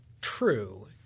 true